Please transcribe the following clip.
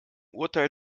urteil